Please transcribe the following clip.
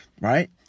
right